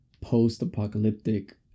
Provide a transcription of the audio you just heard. post-apocalyptic